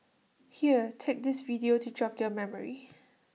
here take this video to jog your memory